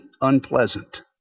unpleasant